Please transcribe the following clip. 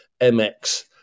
MX